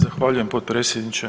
Zahvaljujem potpredsjedniče.